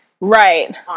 Right